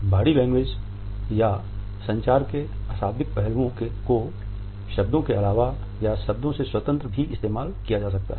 body language या संचार के अशाब्दिक पहलुओं को शब्दों के अलावा या शब्दों से स्वतंत्र भी इस्तेमाल किया जा सकता है